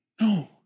No